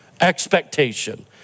expectation